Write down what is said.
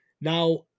Now